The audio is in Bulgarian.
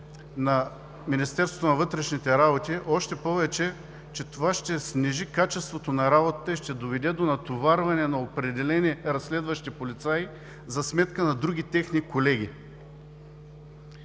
на Министерството на вътрешните работи, още повече, че това ще снижи качеството на работата и ще доведе до натоварване на определени разследващи полицаи за сметка на други техни колеги.